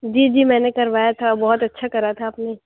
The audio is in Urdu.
جی جی میں نے کر وایا تھا بہت اچھا کرا تھا آپ نے